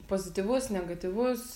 pozityvus negatyvus